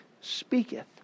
speaketh